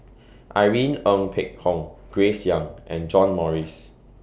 Irene Ng Phek Hoong Grace Young and John Morrice